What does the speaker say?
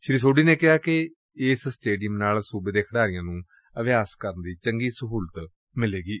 ਸ੍ਰੀ ਸੋਢੀ ਨੇ ਕਿਹਾ ਕਿ ਇਸ ਸਟੇਡੀਅਮ ਨਾਲ ਸੁਬੇ ਦੇ ਖਿਡਾਰੀਆ ਨੂੰ ਅਭਿਆਸ ਕਰਨ ਦੀ ਚੰਗੀ ਸਹੁਲਤ ਮਿਲੇਗੀ